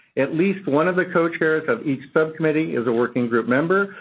at least one of the co-chairs of each subcommittee is a working group member,